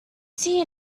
see